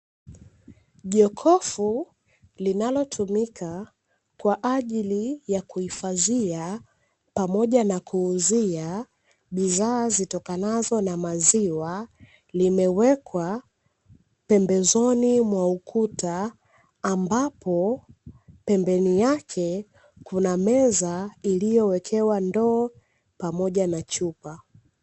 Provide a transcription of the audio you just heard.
jokofu linalotumika kwaajili ya kuhifadhia pamoja na kuuzia maziwa zilizowekwa chuoa